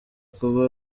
kuba